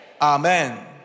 Amen